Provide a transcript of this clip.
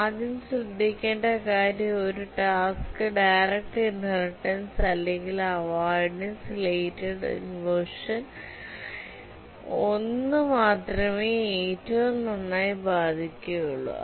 ആദ്യം ശ്രദ്ധിക്കേണ്ട കാര്യം ഒരു ടാസ്കി ഡയറക്റ്റ് ഇൻഹെറിറ്റൻസ് അല്ലെങ്കിൽ അവോയ്ഡൻസ് റിലേറ്റഡ് ഇൻവെർഷൻളിൽ ഒന്ന് മാത്രമേ ഏറ്റവും നന്നായി ബാധിക്കുകയുള്ളൂ